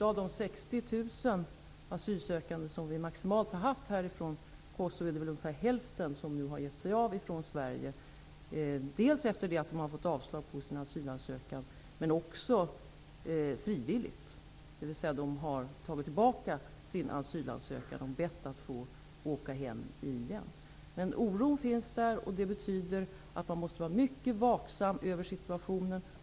Av de 60 000 asylsökande som vi maximalt har haft från Kosovo har ungefär hälften gett sig av från Sverige efter att ha fått avslag på sina asylansökningar men också frivilligt, dvs. att de har tagit tillbaka sina asylansökningar och bett att få återvända hem. Men oron finns där, vilket betyder att man måste vara mycket vaksam över situationen.